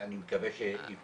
אני מקווה שהוא ייפתר.